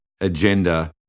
agenda